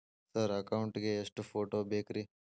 Sir account ಗೇ ಎಷ್ಟು photo ಬೇಕ್ರಿ?